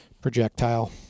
projectile